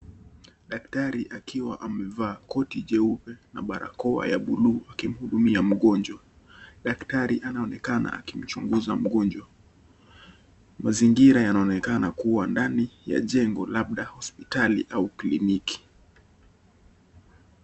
Daktari akiwa amevaa koti jeupe na barakoa ya bluu akimhudumia mgonjwa. Daktari anaonekana akimchunguza mgonjwa. Mazingira yanaonekana kuwa ndani ya jengo labda hospitali au kliniki.